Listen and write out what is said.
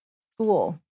school